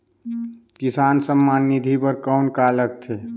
किसान सम्मान निधि बर कौन का लगथे?